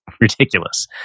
ridiculous